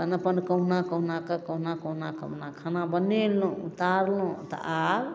तहन अपन कहुना कहुनाकऽ कहुना कहुनाकऽ कहुना खाना बनेलहुँ उतारलहुँ तऽ आब